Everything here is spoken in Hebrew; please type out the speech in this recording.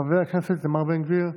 חבר הכנסת איתמר בן גביר,